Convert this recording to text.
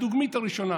הדוגמית הראשונה.